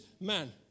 man